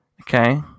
Okay